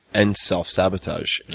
and self-sabotage,